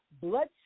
blood